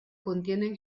contienen